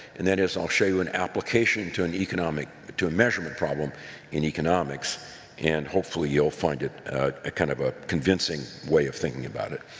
and that is, i'll show you an application to an economic to a measurement problem in economics and hopefully you'll find it ah kind of a convinceg way of thinking about it.